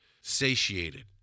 satiated